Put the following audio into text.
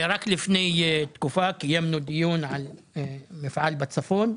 רק לפני תקופה קיימנו דיון על מפעל "להבים" בצפון,